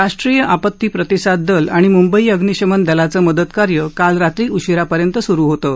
राष्ट्रीय आपती प्रतिसाद दल आणि म्ंबई अग्निशमन दलाचं मदत कार्य काल रात्री उशिरापर्यंत सुरू होतं